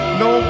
no